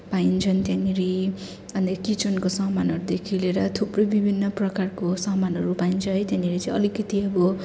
पाइन्छन् त्यहाँनिर अन्त किचनको सामानहरूदेखि लिएर थुप्रै विभिन्न प्रकारका सामानहरू पाइन्छ है त्यहाँनिर चाहिँ अलिकति अब